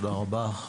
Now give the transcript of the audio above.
תודה רבה.